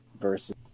versus